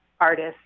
artist